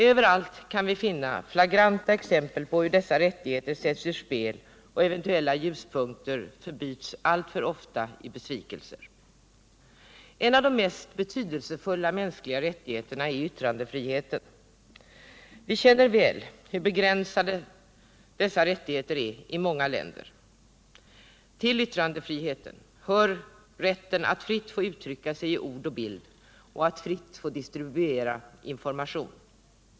Överallt kan vi finna flagranta exempel på hur dessa rättigheter sätts ur spel, och eventuella ljuspunkter förbyts alltför ofta i besvikelse. En av de mest betydelsefulla mänskliga rättigheterna är yttrandefriheten. Vi känner väl till hur begränsade dessa rättigheter är i många länder. Till yttrandefriheten hör rätten att fritt få uttrycka sig i ord och bild och att fritt få distribuera information.